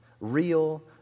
real